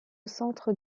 centre